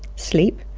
sleep,